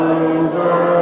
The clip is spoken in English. over